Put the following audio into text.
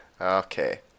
Okay